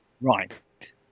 Right